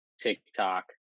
TikTok